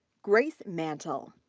grace mantel.